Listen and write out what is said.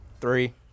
three